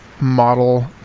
model